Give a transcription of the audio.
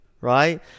right